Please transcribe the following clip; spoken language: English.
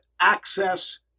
access